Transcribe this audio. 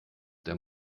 der